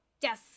Yes